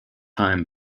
time